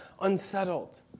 unsettled